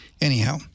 anyhow